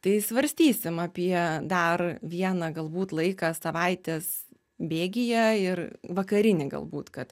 tai svarstysim apie dar vieną galbūt laiką savaitės bėgyje ir vakarinį galbūt kad